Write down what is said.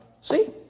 See